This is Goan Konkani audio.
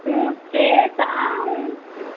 उंच स्ट्रेट सामको उंच